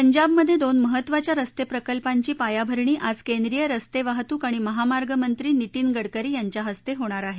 पंजाबमध्याचिन महत्त्वाच्या रस्त प्रिकल्पांची पायाभरणी आज केंद्रीय रस्तखिहतूक आणि महामार्ग मंत्री नितीन गडकरी यांच्या हस्ते होणार आहे